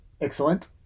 Excellent